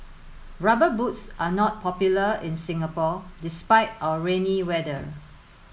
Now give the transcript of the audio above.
rubber boots are not popular in Singapore despite our rainy weather